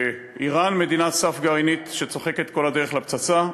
באיראן, מדינת סף גרעינית שצוחקת כל הדרך לפצצה.